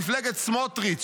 מפלגת סמוטריץ':